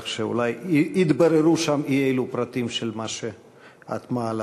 כך שאולי יתבררו שם אי-אלו פרטים של מה שאת מעלה.